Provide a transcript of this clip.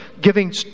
giving